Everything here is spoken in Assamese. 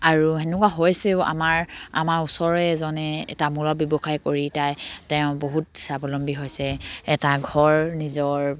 আৰু তেনেকুৱা হৈছেও আমাৰ আমাৰ ওচৰৰে এজনে তামোলৰ ব্যৱসায় কৰি তাই তেওঁ বহুত স্বাৱলম্বী হৈছে এটা ঘৰ নিজৰ